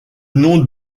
nom